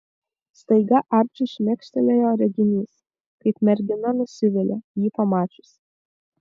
staiga arčiui šmėkštelėjo reginys kaip mergina nusivilia jį pamačiusi